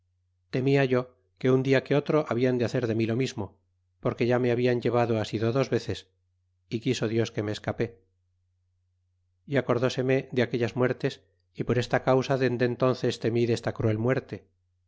temia yo que un dia que otro habian de hacer de mí lo mismo porque ya me habian llevado asido dos veces y quiso dios que me escapé y acordóseme de aquellas muertes y por esta causa dende entánces temí desta cruel muerte